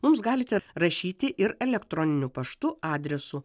mums galite rašyti ir elektroniniu paštu adresu